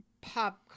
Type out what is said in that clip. pop